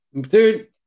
Dude